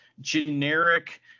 generic